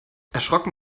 erschrocken